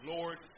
Lord